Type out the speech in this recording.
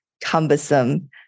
cumbersome